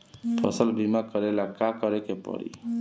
फसल बिमा करेला का करेके पारी?